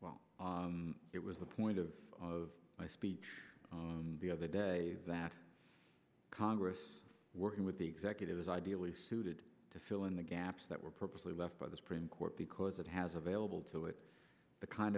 well it was the point of of my speech the other day that congress working with the executive was ideally suited to fill in the gaps that were purposely left by the supreme court because it has available to it the kind